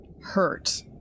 hurt